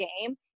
game